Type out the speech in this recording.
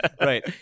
right